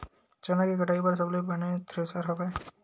चना के कटाई बर सबले बने थ्रेसर हवय?